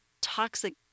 toxic